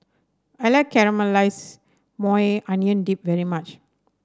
I like Caramelized Maui Onion Dip very much